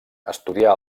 estudià